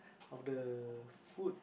of the food